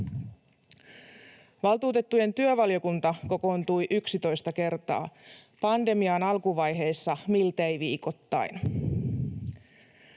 Valtuutettujen työvaliokunta kokoontui 11 kertaa, pandemian alkuvaiheessa miltei viikoittain.